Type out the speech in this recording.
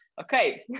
okay